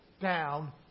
down